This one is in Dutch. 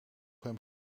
hem